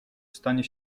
stanie